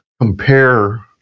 compare